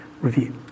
review